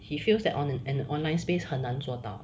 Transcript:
he feels that on an online space 是很难做到